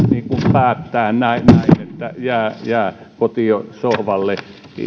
päättää näin että jää kotiin sohvalle